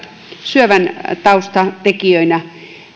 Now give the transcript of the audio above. syövän taustatekijöinä